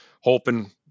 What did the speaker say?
hoping